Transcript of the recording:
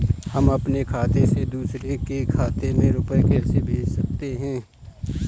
हम अपने खाते से दूसरे के खाते में रुपये कैसे भेज सकते हैं?